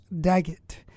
Daggett